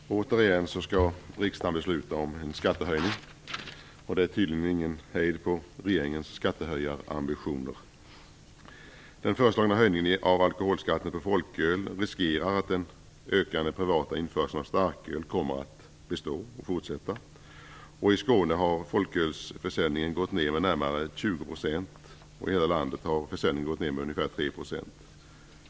Fru talman! Återigen skall riksdagen besluta om en skattehöjning. Det är tydligen ingen hejd på regeringens skattehöjarambitioner. Den föreslagna höjningen av alkoholskatten på folköl riskerar att den ökande privata införseln av starköl kommer att bestå. I Skåne har folkölsförsäljningen gått ned med närmare 20 %. I hela landet har försäljningen gått ner ungefär 3 %.